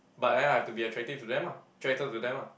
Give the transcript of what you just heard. but then I've to be attractive to them ah attracted to them ah